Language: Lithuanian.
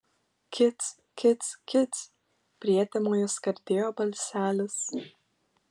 kic kic kic prietemoje skardėjo balselis